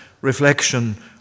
reflection